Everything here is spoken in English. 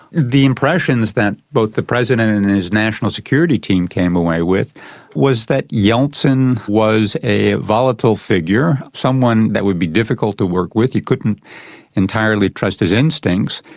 the impressions that both the president and and his national security team came away with was that yeltsin was a volatile figure, someone that would be difficult to work with, you couldn't entirely trust his instincts,